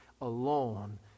alone